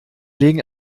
legen